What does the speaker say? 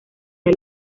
del